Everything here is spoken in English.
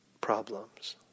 problems